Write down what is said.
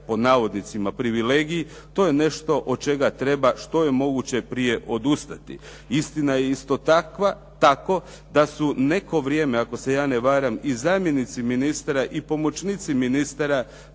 iskoristiti taj "privilegij", to je nešto od čega treba što je moguće prije odustati. Istina je isto tako da su neko vrijeme, ako se ja ne varam, i zamjenici ministara i pomoćnici ministara,